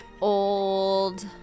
old